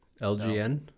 LGN